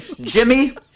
Jimmy